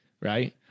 right